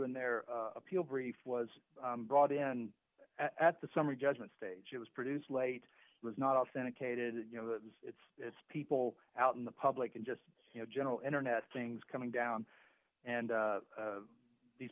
in their appeal brief was d brought in at the summary judgment stage it was produced late it was not authenticated you know it's it's people out in the public and just you know general internet things coming down and